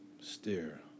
steer